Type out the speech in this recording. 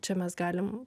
čia mes galim